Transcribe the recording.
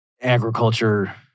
agriculture